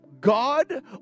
God